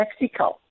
Mexico